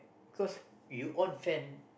cause you on fan